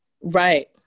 right